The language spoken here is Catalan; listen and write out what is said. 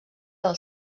del